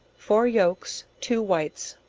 four yolks, two whites,